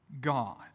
God